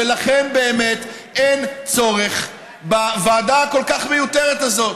לכן באמת אין צורך בוועדה המיותרת כל כך הזאת.